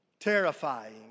Terrifying